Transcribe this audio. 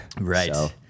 Right